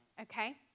okay